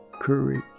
courage